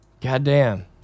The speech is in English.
goddamn